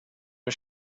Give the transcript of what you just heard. her